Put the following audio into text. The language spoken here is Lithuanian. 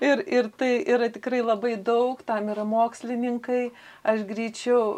ir ir tai yra tikrai labai daug ten yra mokslininkai aš greičiau